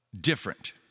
Different